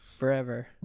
forever